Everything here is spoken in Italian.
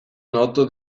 noto